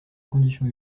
condition